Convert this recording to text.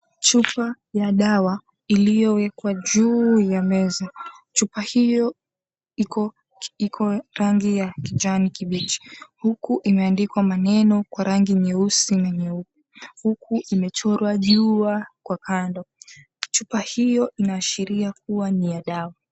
Chupa ya dawa iliyowekwa juu ya meza, chupa hiyo iko rangi ya kijani kibichi huku imeandikwa maneno kwa rangi nyeusi na nyeupe huku imechorwa jua kwa kando, chupa hiyo inaashiria kuwa ni ya dawa.